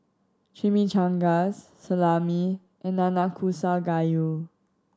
Chimichangas Salami and Nanakusa Gayu